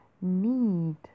need